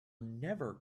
never